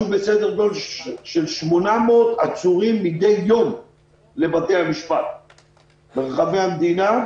כ-800 עצורים מידי יום לבתי המשפט ברחבי המדינה,